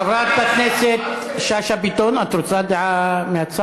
חברת הכנסת שאשא ביטון, את רוצה מהצד?